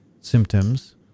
symptoms